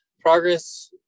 progress